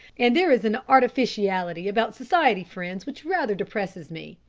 and there is an artificiality about society friends which rather depresses me.